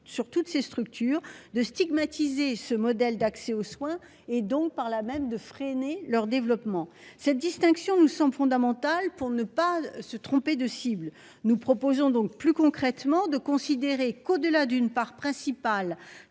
sur toutes ces structures de stigmatiser ce modèle d'accès aux soins et donc par là même de freiner leur développement cette distinction. Nous sommes fondamental pour ne pas se tromper de cible. Nous proposons donc plus concrètement de considérer qu'au-delà d'une part principal